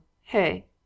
Hey